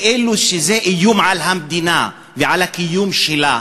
כאילו זה איום על המדינה ועל הקיום שלה,